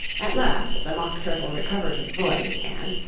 at last the mock turtle recovered his voice, and,